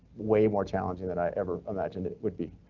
way more challenging than i ever imagined it would be.